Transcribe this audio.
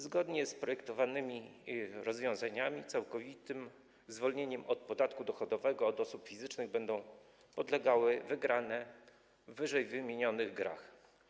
Zgodnie z projektowanymi rozwiązaniami całkowitemu zwolnieniu od podatku dochodowego od osób fizycznych będą podlegały wygrane w ww. grach.